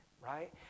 right